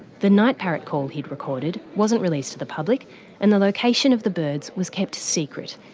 the night parrot call he'd recorded wasn't released to the public and the location of the birds was kept secret.